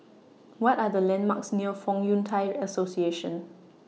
What Are The landmarks near Fong Yun Thai Association